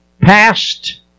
past